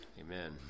Amen